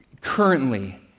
currently